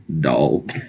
Dog